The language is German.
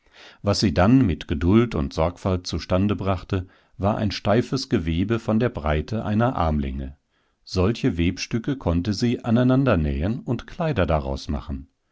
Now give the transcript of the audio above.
was sie dann mit geduld und sorgfalt zustande brachte war ein steifes gewebe von der breite einer armlänge solche webstücke konnte sie aneinandernähen und kleider daraus machen